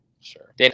Sure